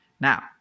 Now